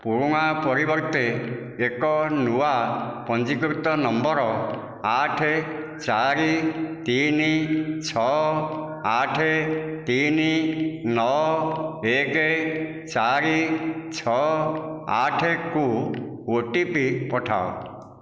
ପୁରୁଣା ପରିବର୍ତ୍ତେ ଏକ ନୂଆ ପଞ୍ଜୀକୃତ ନମ୍ବର ଆଠ ଚାରି ତିନି ଛଅ ଆଠ ତିନି ନଅ ଏକ ଚାରି ଛଅ ଆଠକୁ ଓଟିପି ପଠାଅ